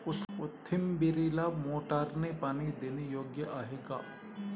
कोथिंबीरीला मोटारने पाणी देणे योग्य आहे का?